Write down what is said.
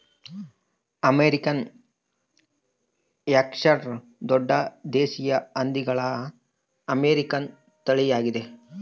American Yorkshire ದೊಡ್ಡ ದೇಶೀಯ ಹಂದಿಗಳ ಅಮೇರಿಕನ್ ತಳಿಯಾಗಿದೆ